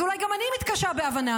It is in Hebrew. אז אולי גם אני מתקשה בהבנה,